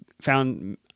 found